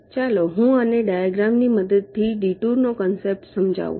ચાલો હું આને ડાયાગ્રામની મદદથી ડિટૂર નો કોન્સેપ્ટ સમજાવું